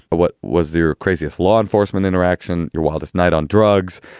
but what was the craziest law enforcement interaction your wildest night on drugs?